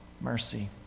mercy